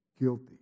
Guilty